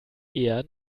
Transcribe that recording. eher